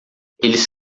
eles